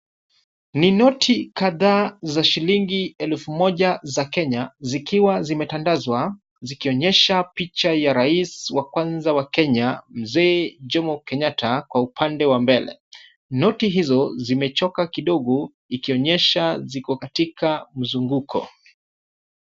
Ni noti kadhaa za shilingi elfu moja za Kenya zikiwa zimetandazwa zikionyesha picha ya rais wa kwanza Mzee Jomo Kenyatta kwa upande wa mbele. Noti hizo zimechoka kidogo ikionyesha ziko katika mzunguko.